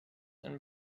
and